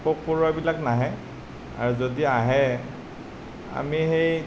পোক পৰুৱাবিলাক নাহে আৰু যদি আহে আমি সেই